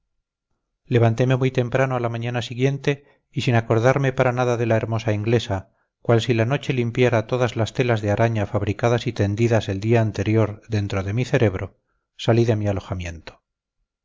levanteme muy temprano a la mañana siguiente y sin acordarme para nada de la hermosa inglesa cual si la noche limpiara todas las telas de araña fabricadas y tendidas el día anterior dentro de mi cerebro salí de mi alojamiento